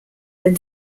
when